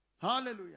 hallelujah